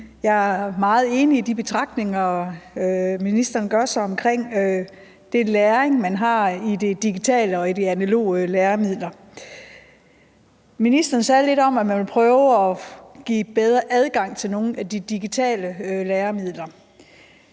Jeg er meget enig i de betragtninger, ministeren gør sig omkring den læring, man har i de digitale og i de analoge læremidler. Ministeren sagde lidt om, at man ville prøve at give bedre adgang til nogle af de digitale læremidler.